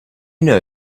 know